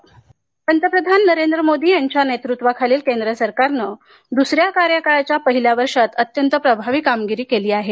चंद्रकांत पाटील पंतप्रधान नरेंद्र मोदी यांच्या नेतृत्वाखालील केंद्र सरकारने दुसऱ्या कार्यकाळाच्या पहिल्या वर्षात अत्यंत प्रभावी कामगिरी केली आहे